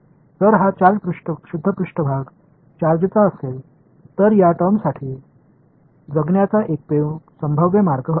जर हा चार्ज शुद्ध पृष्ठभाग चार्जचा असेल तर या टर्मसाठी जगण्याचा एकमेव संभाव्य मार्ग आहे